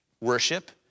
Worship